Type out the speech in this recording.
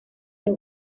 los